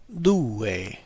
due